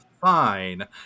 fine